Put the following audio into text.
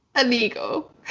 illegal